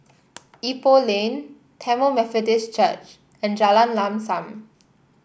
Ipoh Lane Tamil Methodist Church and Jalan Lam Sam